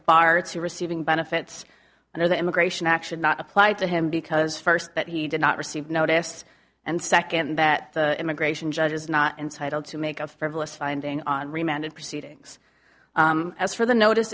bar to receiving benefits under the immigration action not apply to him because first that he did not receive notice and second that immigration judge is not entitled to make a frivolous finding on remand and proceedings as for the notice